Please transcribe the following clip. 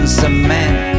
cement